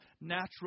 natural